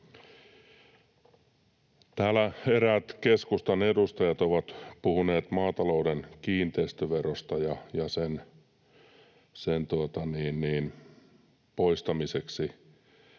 Täällä eräät keskustan edustajat ovat puhuneet maatalouden kiinteistöverosta ja sen poistamisesta